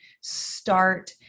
start